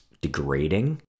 degrading